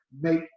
make